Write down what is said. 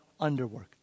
underwork